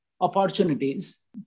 opportunities